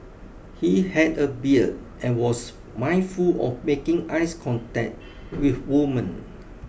he had a beard and was mindful of making eyes contact with women